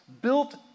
built